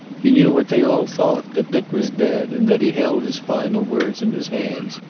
he knew what they all thought, that dick was dead and that he held his final words in his hands,